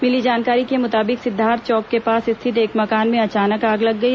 मिली जानकारी के मुताबिक सिद्धार्थ चौक के पास स्थित एक मकान में अचानक आग लग गई